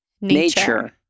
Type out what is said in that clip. Nature